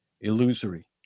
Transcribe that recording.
illusory